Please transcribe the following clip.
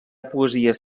poesies